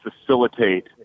facilitate